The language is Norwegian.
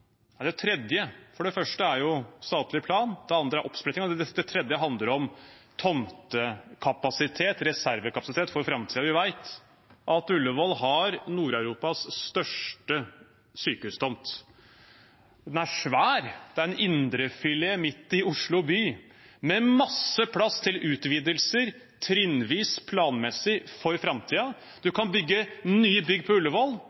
Det andre spørsmålet – eller det tredje, for det første er jo statlig plan og det andre er oppsplittingen – handler om tomtekapasitet, reservekapasitet for framtiden. Vi vet at Ullevål har Nord-Europas største sykehustomt. Den er svær; det er en indrefilet midt i Oslo by med masse plass til utvidelser, trinnvis og planmessig, for framtiden. Man kan bygge nye bygg på Ullevål